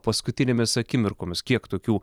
paskutinėmis akimirkomis kiek tokių